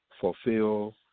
fulfill